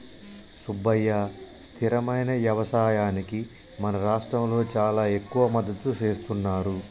సుబ్బయ్య స్థిరమైన యవసాయానికి మన రాష్ట్రంలో చానా ఎక్కువ మద్దతు సేస్తున్నారు